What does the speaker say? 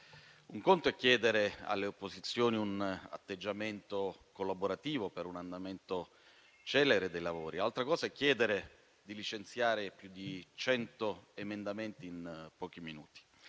un conto è chiedere alle opposizioni un atteggiamento collaborativo per un andamento celere dei lavori, altra cosa è chiedere di licenziare più di cento emendamenti in pochi minuti.